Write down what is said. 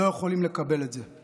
לא יכולים לקבל את זה.